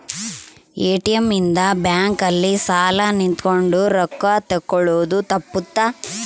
ATM ಇಂದ bank ಅಲ್ಲಿ ಸಾಲ್ ನಿಂತ್ಕೊಂಡ್ ರೊಕ್ಕ ತೆಕ್ಕೊಳೊದು ತಪ್ಪುತ್ತ